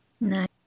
Nice